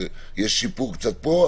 יש שיפור קצת פה,